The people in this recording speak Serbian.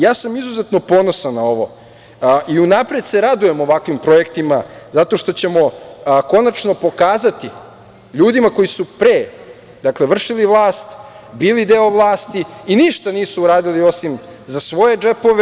Ja sam izuzetno ponosan na ovo i unapred se radujem ovakvim projektima zato što ćemo konačno pokazati ljudima koji su pre vršili vlast, bili deo vlasti i ništa nisu uradili osim za svoje džepove.